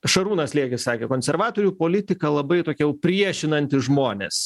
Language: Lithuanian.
šarūnas liekis sakė konservatorių politika labai tokia jau priešinanti žmones